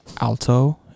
alto